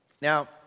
Now